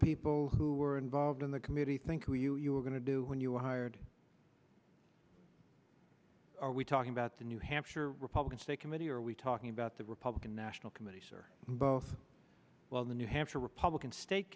people who were involved in the committee think who you are going to do when you were hired are we talking about the new hampshire republican state committee or are we talking about the republican national committee sir both well the new hampshire republican state